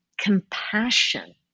compassion